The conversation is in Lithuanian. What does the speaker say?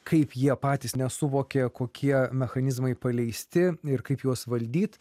kaip jie patys nesuvokė kokie mechanizmai paleisti ir kaip juos valdyt